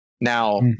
Now